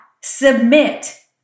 submit